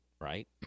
right